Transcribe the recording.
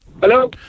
Hello